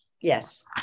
Yes